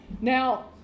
Now